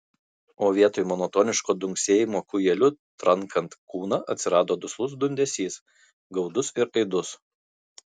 o vietoj monotoniško dunksėjimo kūjeliu trankant kūną atsirado duslus dundesys gaudus ir aidus